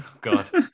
God